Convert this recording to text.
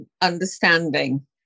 understanding